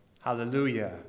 hallelujah